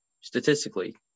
statistically